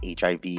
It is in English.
HIV